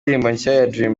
agakingirizo